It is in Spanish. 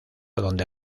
donde